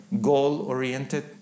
goal-oriented